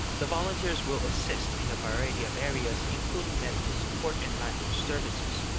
the volunteers will assist in a variety of areas, including medical support and language services.